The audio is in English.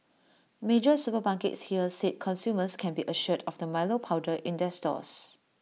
major supermarkets here said consumers can be assured of the milo powder in their stores